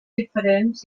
diferents